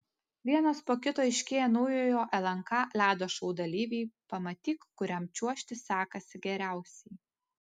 vienas po kito aiškėja naujojo lnk ledo šou dalyviai pamatyk kuriam čiuožti sekasi geriausiai